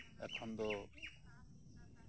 ᱮᱠᱷᱚᱱ ᱫᱚ